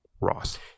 Ross